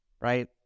right